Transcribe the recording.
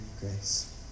grace